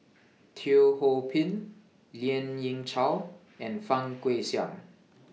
Teo Ho Pin Lien Ying Chow and Fang Guixiang